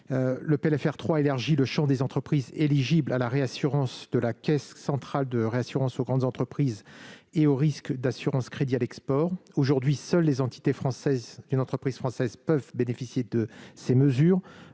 Le PLFR 3 a élargi le champ des entreprises éligibles à la réassurance de la Caisse centrale de réassurance aux grandes entreprises et aux risques d'assurance-crédit à l'export. Aujourd'hui, seules les entités françaises d'une entreprise française peuvent bénéficier de ces mesures.